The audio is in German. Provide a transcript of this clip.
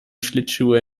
schlittschuhe